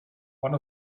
one